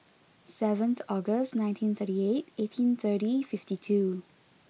seven August nineteen thirty eight eighteen thirty fifty two